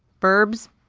birbs.